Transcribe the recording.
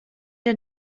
der